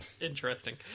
interesting